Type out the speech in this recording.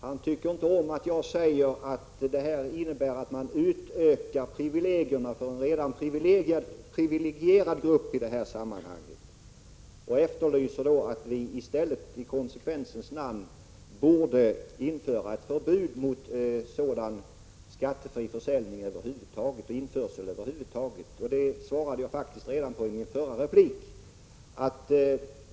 Han tycker inte om att jag säger att det skulle innebära att man utökade privilegierna för en redan privilegierad grupp i detta sammanhang, och efterlyser då att vi i konsekvensens namn borde införa ett förbud mot skattefri försäljning och införsel över huvud taget. Detta svarade jag faktiskt på redan i min förra replik.